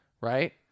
Right